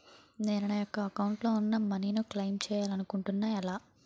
నేను నా యెక్క అకౌంట్ లో ఉన్న మనీ ను క్లైమ్ చేయాలనుకుంటున్నా ఎలా?